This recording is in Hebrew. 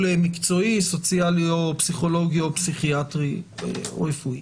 מקצועי סוציאלי או פסיכולוגי או פסיכיאטרי או רפואי.